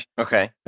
okay